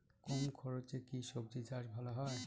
কম খরচে কি সবজি চাষ ভালো হয়?